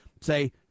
say